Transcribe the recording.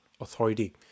authority